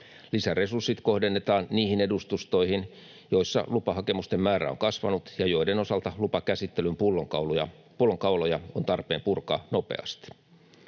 Lisäresurssit kohdennetaan niihin edustustoihin, joissa lupahakemusten määrä on kasvanut ja joiden osalta lupakäsittelyn pullonkauloja on tarpeen purkaa nopeasti.